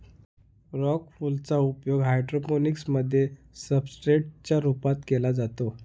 rock wool चा उपयोग hydroponics मध्ये सब्सट्रेट च्या रूपात केला जातो